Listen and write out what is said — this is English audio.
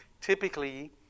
Typically